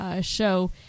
show